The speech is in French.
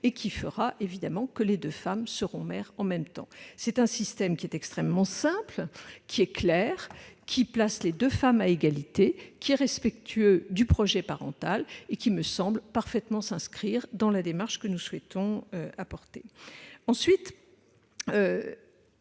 qui fera que les deux femmes seront mères en même temps. C'est un système extrêmement simple, clair, qui place les deux femmes à égalité. Il est respectueux du projet parental et me semble parfaitement s'inscrire dans la démarche que nous souhaitons promouvoir. Monsieur